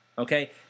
Okay